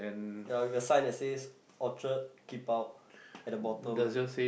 ya with a sign that says orchard keep out at the bottom